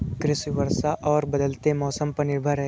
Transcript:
कृषि वर्षा और बदलते मौसम पर निर्भर है